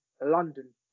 london